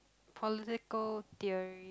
political theory